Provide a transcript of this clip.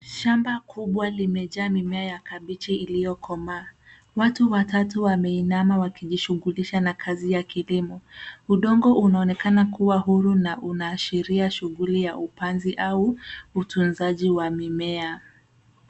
Shamba kubwa limejaa mimea ya kabichi iliyokomaa. Watu watatu wameinama wakijishughulisha na kazi ya kilimo. Udongo unaonekana kuwa huru na unaashiria shughuli ya upanzi au utunzaji wa mimea.